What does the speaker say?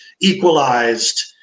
equalized